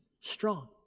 strong